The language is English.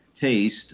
taste